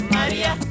Maria